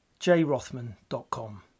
jrothman.com